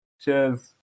Cheers